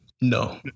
No